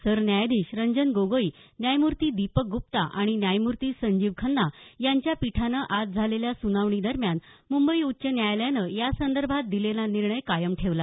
सरन्यायाधीश रंजन गोगोई न्यायमूर्ती दीपक गुप्ता आणि न्यायमूर्ती संजीव खन्ना यांच्या पीठानं आज झालेल्या सुनावणी दरम्यान मुंबई उच्च न्यायालयानं या संदर्भात दिलेला निर्णय कायम ठेवला